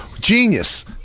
genius